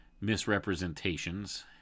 misrepresentations